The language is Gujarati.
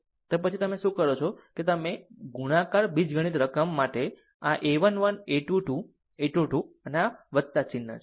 તો પછી તમે શું કરો છો કે તમે ગુણાકાર બીજગણિત રકમ માટે આ a 1 1 a 2 2 a 2 2 આ ચિન્હ છે